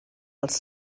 els